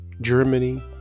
Germany